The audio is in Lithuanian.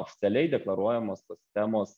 oficialiai deklaruojamos tos temos